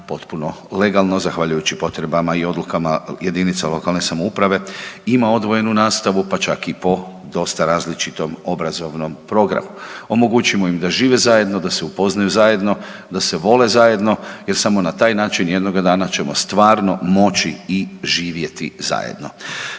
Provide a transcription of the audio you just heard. potpuno legalno, zahvaljujući potrebama i odlukama jedinica lokalne samouprave ima odvojenu nastavu, pa čak i po dosta različitim obrazovnom programu. Omogućimo im da žive zajedno, da se upoznaju zajedno, da se vole zajedno jer samo na taj način jednoga dana ćemo stvarno moći i živjeti zajedno.